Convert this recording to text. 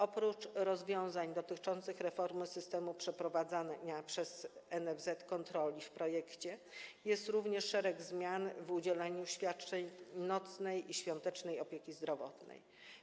Oprócz rozwiązań dotyczących reformy systemu przeprowadzania przez NFZ kontroli w projekcie jest również szereg zmian w udzielaniu świadczeń nocnej i świątecznej opieki zdrowotnej.